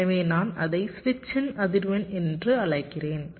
எனவே நான் அதை சுவிட்சின் அதிர்வெண் என்று அழைக்கிறேன்